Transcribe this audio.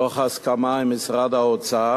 תוך הסכמה עם משרד האוצר